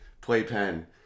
playpen